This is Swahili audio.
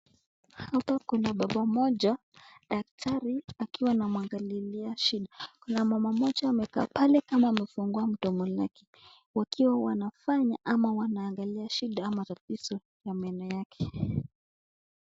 Hapa kuna baba mmoja, daktari, akiwa anamwangalilia shida. Kuna mama mmoja amekaa pale kama amefungua mdomo lake, wakiwa wanafanya ama wanaangalia shida ama tatizo ya meno yake.